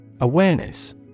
Awareness